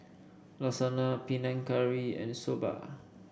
Lasagna Panang Curry and Soba